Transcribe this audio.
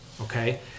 okay